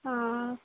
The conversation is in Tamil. ஆ ஆ